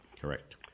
Correct